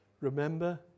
remember